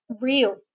real